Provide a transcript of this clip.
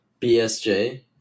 BSJ